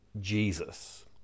Jesus